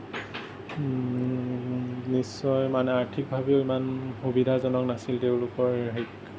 নিশ্চয় মানে আৰ্থিকভাৱেও ইমান সুবিধাজনক নাছিল তেওঁলোকৰ